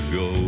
go